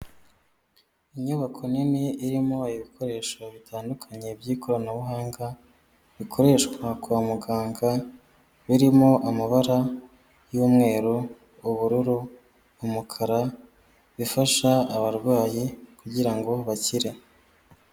Inyubako nini irimo ibikoresho bitandukanye by'ikoranabuhanga, bikoreshwa kwa muganga birimo amabara y'umweru, ubururu, umukara bifasha abarwayi kugira ngo bakire.